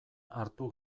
hartu